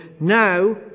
now